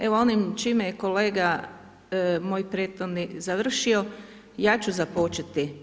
Evo onim čime je kolega, moj prethodnik završio, ja ću započeti.